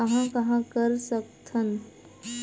कहां कहां कर सकथन?